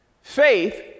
Faith